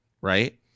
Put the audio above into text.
Right